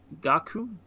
Gaku